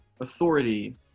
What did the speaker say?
authority